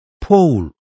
Paul